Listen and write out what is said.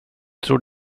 tror